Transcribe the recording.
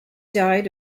died